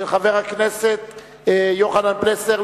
של חבר הכנסת יוחנן פלסנר,